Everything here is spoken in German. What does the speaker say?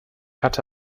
hatte